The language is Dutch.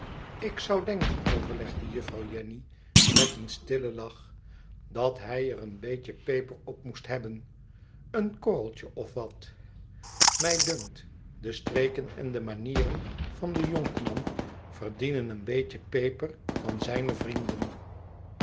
ik zou denken overlegde jufïrouw jenny met een stillen lach dat hij er een beetje peper op moest hebben een korreltje of wat mij dunkt de streken en de manieren van den jonkman verdienen een beetje peper van zijne vrienden